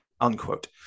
unquote